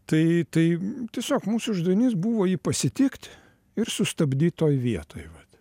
tai tai tiesiog mūsų uždavinys buvo jį pasitikt ir sustabdyt toj vietoj vat